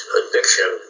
addiction